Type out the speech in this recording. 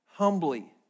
humbly